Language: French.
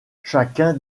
chacun